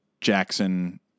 Jackson